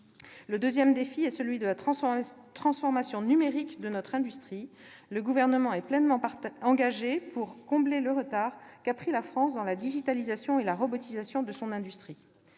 Le deuxième défi est celui de la transformation numérique de notre industrie : le Gouvernement est pleinement engagé pour combler le retard qu'a pris la France dans la digitalisation et la robotisation de son industrie.